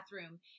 bathroom